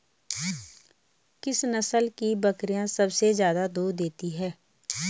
किस नस्ल की बकरीयां सबसे ज्यादा दूध देती हैं?